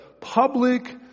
public